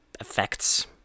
effects